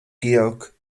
georg